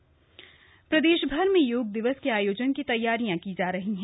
योग सप्ताह प्रदेशभर में योग दिवस के आयोजन की तैयारियां की जा रही है